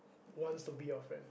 wants to be your friend